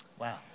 Wow